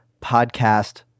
podcast